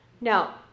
Now